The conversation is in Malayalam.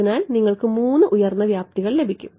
അതിനാൽ നിങ്ങൾക്ക് 3 ഉയർന്ന വ്യാപ്തികൾ ലഭിക്കും